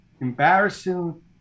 embarrassing